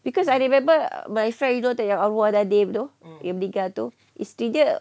because I remember my friend you know yang arwah nadim tu yang meninggal tu isteri dia